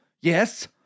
Yes